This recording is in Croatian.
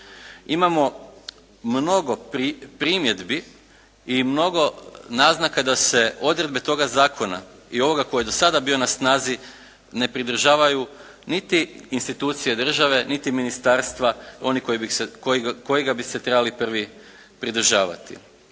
imamo mnogo primjedbi i mnogo naznaka da se odredbe toga zakona i ovoga koji je do sada bio na snazi ne pridržavaju niti institucije države niti ministarstva oni koji bi ga se trebali prvi pridržavati.